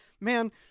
man